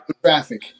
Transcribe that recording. traffic